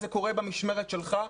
זה קורה במשמרת שלך.